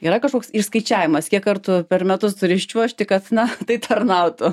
yra kažkoks išskaičiavimas kiek kartų per metus turi iščiuožti kad na tai tarnautų